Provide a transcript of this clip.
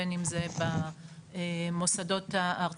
בין אם זה במוסדות הארציים.